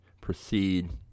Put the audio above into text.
proceed